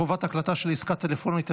חובת הקלטה של עסקה טלפונית),